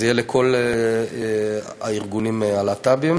זה יהיה לכל ארגוני הלהט"בים.